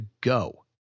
go